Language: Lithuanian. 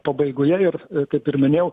pabaigoje ir kaip ir minėjau